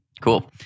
Cool